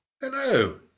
Hello